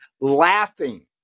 laughing